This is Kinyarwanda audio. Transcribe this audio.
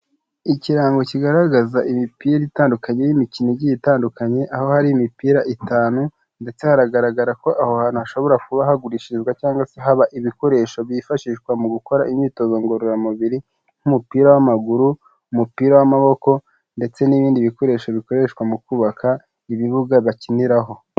Ikirango kigaragaza imipira itandukanye y'imikino igiye itandukanye aho hari imipira itanu ndetse haragaragara ko aho hantu hashobora kuba hagurishirishwa cyangwa haba ibikoresho byifashishwa mu gukora imyitozo ngororamubiri nk'umupira w'amaguru, umupira w'amaboko ndetse n'ibindi bikoresho bikoreshwa mu kubaka ibibuga bakiniraho.